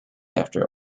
after